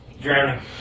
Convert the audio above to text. Drowning